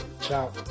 Ciao